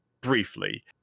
briefly